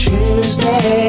Tuesday